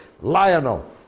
Lionel